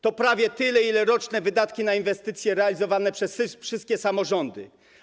To prawie tyle, ile roczne wydatki na inwestycje realizowane przez wszystkie samorządy.